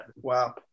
Wow